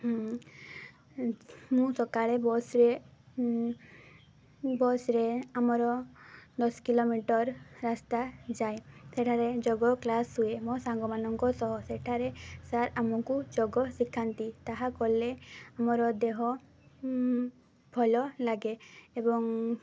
ମୁଁ ସକାଳେ ବସ୍ରେ ବସ୍ରେ ଆମର ଦଶ କିଲୋମିଟର ରାସ୍ତା ଯାଏ ସେଠାରେ ଯୋଗ କ୍ଲାସ୍ ହୁଏ ମୋ ସାଙ୍ଗମାନଙ୍କ ସହ ସେଠାରେ ସାର୍ ଆମକୁ ଯୋଗ ଶିଖାନ୍ତି ତାହା କଲେ ଆମର ଦେହ ଭଲ ଲାଗେ ଏବଂ